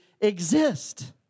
exist